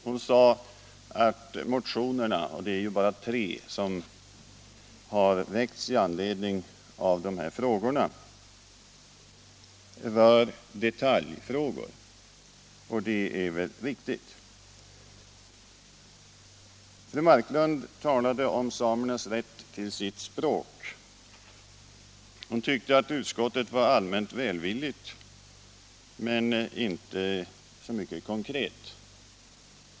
Hon sade att motionerna — det är bara tre som har väckts i det här sammanhanget — rör detaljfrågor, och det iär väl riktigt. Fru Marklund talade om samernas rätt till sitt språk. Hon tyckte att utskottet var allmänt välvilligt men inte sade så mycket konkret.